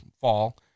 fall